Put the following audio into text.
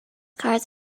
cars